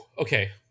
Okay